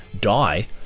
die